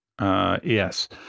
Yes